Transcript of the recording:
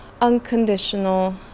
unconditional